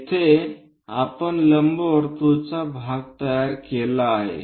येथे आपण लंबवर्तुळाचा भाग तयार केला आहे